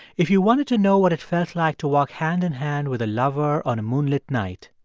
if you wanted to know what it felt like to walk hand in hand with a lover on a moonlit night,